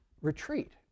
retreat